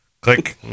click